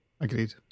agreed